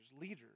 leaders